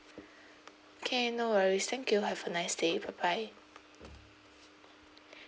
okay no worries thank you have a nice day bye bye